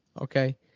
okay